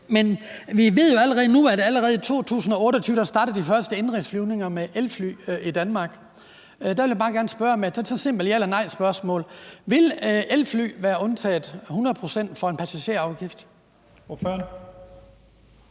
Men vi ved jo allerede nu, at i 2028 starter de første indenrigsflyvninger med elfly i Danmark. Der vil jeg bare gerne spørge ved at stille et simpelt ja eller nej-spørgsmål: Vil elfly være undtaget et hundrede procent for en passagerafgift? Kl.